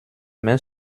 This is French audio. mais